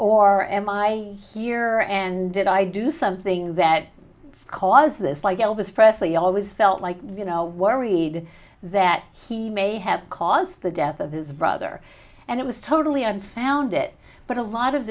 or am i here and did i do something that cause this like elvis presley always felt like you know worried that he may have caused the death of his brother and it was totally unfounded but a lot of